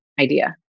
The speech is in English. idea